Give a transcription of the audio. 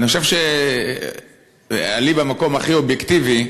לי, במקום הכי אובייקטיבי,